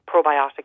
probiotic